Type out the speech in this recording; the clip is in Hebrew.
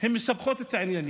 הן מסבכות את העניינים.